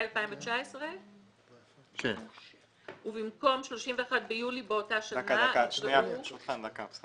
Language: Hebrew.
2019. במקום 31 ביולי באותה שנה יקראו --- רגע.